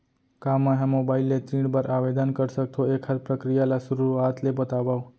का मैं ह मोबाइल ले ऋण बर आवेदन कर सकथो, एखर प्रक्रिया ला शुरुआत ले बतावव?